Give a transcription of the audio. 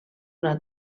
una